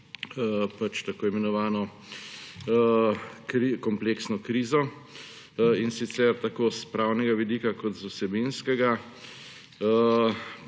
tako imenovano kompleksno krizo, in sicer tako s pravnega vidika kot z vsebinskega,